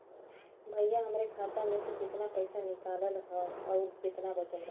भईया हमरे खाता मे से कितना पइसा निकालल ह अउर कितना बचल बा?